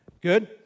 good